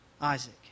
Isaac